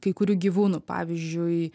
kai kurių gyvūnų pavyzdžiui